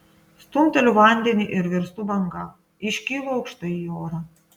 stumteliu vandenį ir virstu banga iškylu aukštai į orą